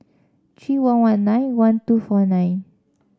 three one one nine one two four nine